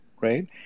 right